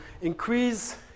increase